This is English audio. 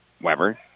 Weber